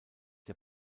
der